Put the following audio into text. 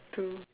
to